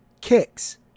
Kicks